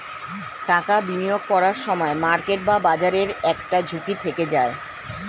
টাকা বিনিয়োগ করার সময় মার্কেট বা বাজারের একটা ঝুঁকি থেকে যায়